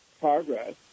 progress